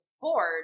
board